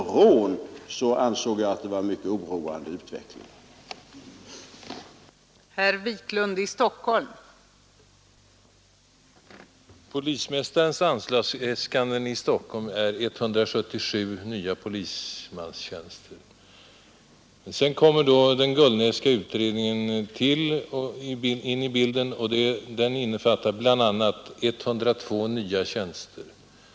Jag frågar mig nu om den Gullnässka utredningen är en komplettering till det